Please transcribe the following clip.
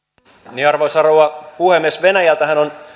arvoisa rouva puhemies venäjältähän on